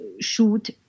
shoot